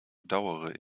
bedauere